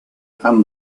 and